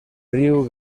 riu